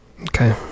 Okay